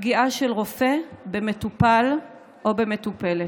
הפגיעה של רופא במטופל או במטופלת.